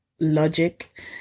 logic